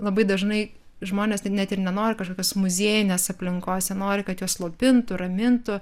labai dažnai žmonės tai net ir nenori kažkokios muziejinės aplinkos jie nori kad juos slopintų ramintų